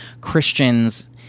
Christians